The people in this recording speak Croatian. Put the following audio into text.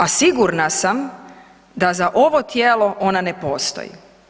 A sigurna sam da za ovo tijelo ona ne postoji.